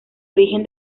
origen